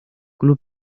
club